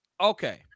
Okay